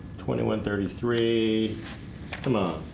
twenty one thirty three come ah